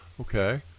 Okay